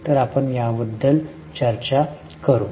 तर आपण याबद्दल चर्चा करू